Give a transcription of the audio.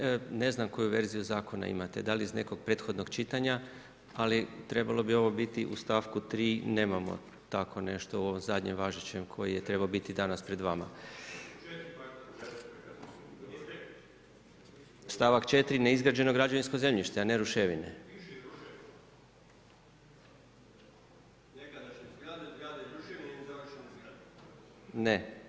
Vezano uz ruševine, ne znam koju verziju zakona imate, da li iz nekog prethodnog pitanja, ali trebalo bi ovo biti u stavku 3. nemamo tako nešto, u ovom zadnjem važećem koji je trebao biti danas pred vama. … [[Upadica se ne čuje.]] Stavak 4. neizgrađeno građevinsko zemljište a ne ruševine. … [[Upadica se ne čuje.]] Ne.